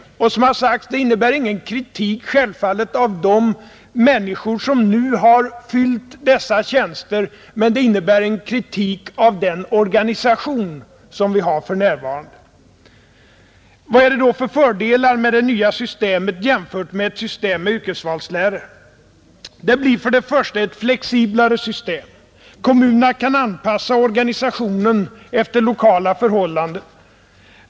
Som det har sagts innebär detta självfallet ingen kritik mot de människor som hittills har fyllt dessa tjänster, men det innebär en kritik mot den organisation som vi har för närvarande. Vilka fördelar ger då det nya systemet framför ett system med yrkesvalslärare? Det blir först och främst ett flexiblare system. Kommunerna kan anpassa organisationen efter lokala förhållanden.